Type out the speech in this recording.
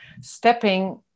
stepping